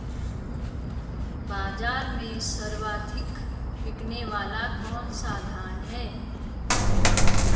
बाज़ार में सर्वाधिक बिकने वाला कौनसा धान है?